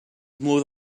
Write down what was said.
mlwydd